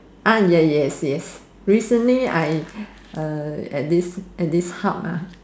ah yes yes yes recently I uh at this at this hub